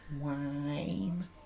Wine